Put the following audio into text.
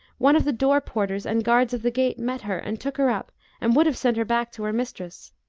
one of the door-porters and guards of the gate met her and took her up and would have sent her back to her mistress.